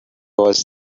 was